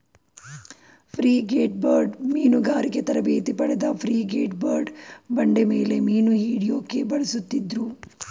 frigatebirds ಮೀನುಗಾರಿಕೆ ತರಬೇತಿ ಪಡೆದ ಫ್ರಿಗೇಟ್ಬರ್ಡ್ನ ಬಂಡೆಮೇಲೆ ಮೀನುಹಿಡ್ಯೋಕೆ ಬಳಸುತ್ತಿದ್ರು